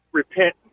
repent